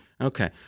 Okay